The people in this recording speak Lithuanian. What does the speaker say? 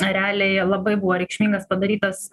realiai labai buvo reikšmingas padarytas